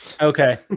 Okay